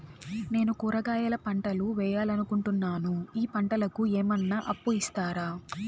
నేను కూరగాయల పంటలు వేయాలనుకుంటున్నాను, ఈ పంటలకు ఏమన్నా అప్పు ఇస్తారా?